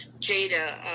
jada